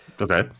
Okay